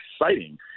exciting